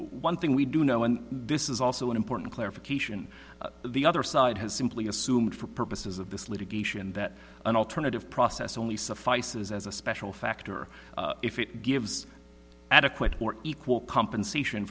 one thing we do know and this is also an important clarification the other side has simply assumed for purposes of this litigation that an alternative process only suffices as a special factor if it gives adequate or equal compensation